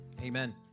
Amen